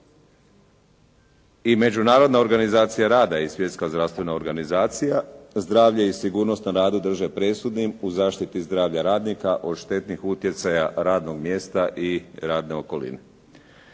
I Međunarodna organizacija rada i Svjetska zdravstvena organizacija zdravlje i sigurnost na radu drže presudnim u zaštiti zdravlja radnika od štetnih utjecaja radnog mjesta i radne okoline.